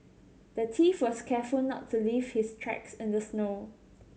the thief was careful not to leave his tracks in the snow